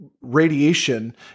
radiation